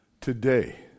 Today